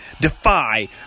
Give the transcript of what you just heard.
defy